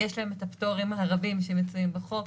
הפטורים הרבים שמצויים בחוק,